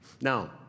Now